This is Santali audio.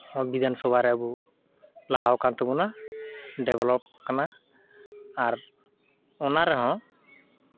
ᱵᱤᱫᱷᱟᱱ ᱥᱚᱵᱷᱟ ᱨᱮ ᱟᱹᱵᱩ ᱞᱟᱦᱟᱣᱟᱠᱟᱱ ᱛᱟᱵᱩᱱᱟ ᱰᱮᱯᱞᱚᱯ ᱠᱟᱱᱟ ᱟᱨ ᱚᱱᱟ ᱨᱮᱦᱚᱸ